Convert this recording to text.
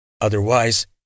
Otherwise